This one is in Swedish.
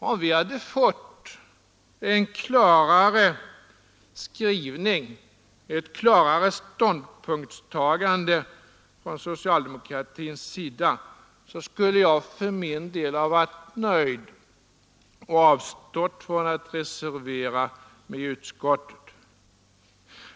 Om vi hade fått en klarare skrivning, ett klarare ståndpunktstagande från socialdemokratins sida, så skulle jag för min del ha varit nöjd och avstått från att reservera mig i utskottet.